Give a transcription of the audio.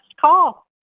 call